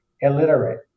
illiterate